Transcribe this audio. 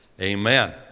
amen